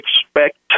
expect